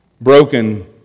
broken